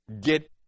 get